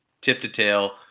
tip-to-tail